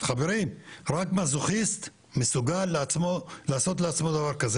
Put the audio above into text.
חברים, רק מזוכיסט מסוגל לעשות לעצמו דבר כזה.